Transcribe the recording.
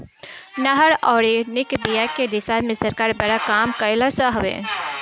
नहर अउरी निक बिया के दिशा में सरकार बड़ा काम कइलस हवे